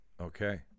Okay